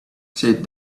said